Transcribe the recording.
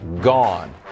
gone